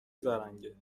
زرنگه